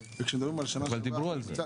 וכשמדברים על שנה --- אבל דיברו על זה.